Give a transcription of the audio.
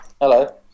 hello